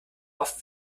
oft